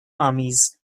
armies